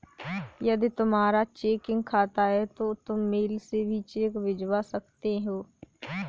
यदि तुम्हारा चेकिंग खाता है तो तुम मेल से भी चेक भिजवा सकते हो